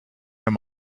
him